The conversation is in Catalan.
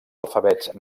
alfabets